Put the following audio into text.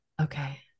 Okay